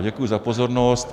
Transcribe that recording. Děkuji za pozornost.